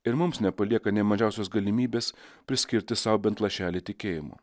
ir mums nepalieka nė mažiausios galimybės priskirti sau bent lašelį tikėjimo